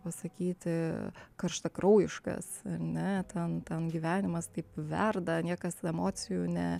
pasakyti karštakraujiškas ne ten tam gyvenimas taip verda niekas emocijų ne